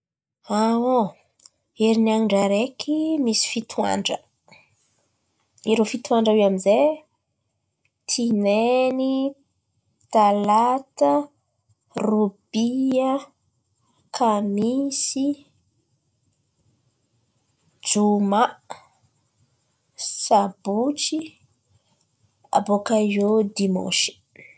Herinandra araiky misy fito andra, irô fito andra io amin'zay: Tinainy, Talata, Robia, Kamisy, Jomà, Sabotsy abôkà eo Dimanshy.